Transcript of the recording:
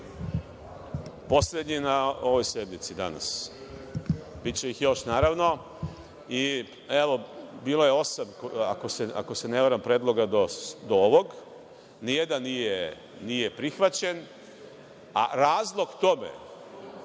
Poslednji na ovoj sednici danas, biće ih još naravno. Bilo je osam, ako se ne varam, predloga do ovog, ni jedan nije prihvaćen, a razlog tome